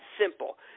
simple